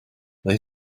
they